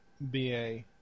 BA